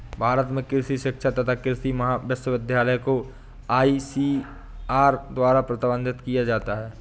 भारत में कृषि शिक्षा तथा कृषि विश्वविद्यालय को आईसीएआर द्वारा प्रबंधित किया जाता है